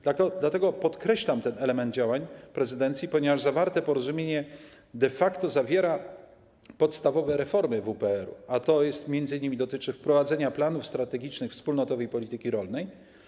Dlatego podkreślam ten element działań prezydencji, ponieważ zawarte porozumienie de facto określa podstawowe reformy w ramach WPR, a to m.in. dotyczy wprowadzenia planów strategicznych wspólnotowej polityki rolnej.